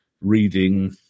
reading